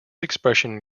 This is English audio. expression